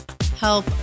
Help